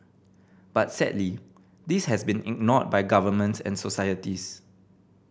but sadly this has been ignored by governments and societies